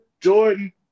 Jordan